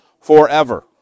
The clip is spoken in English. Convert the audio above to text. forever